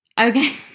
Okay